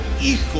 Hijo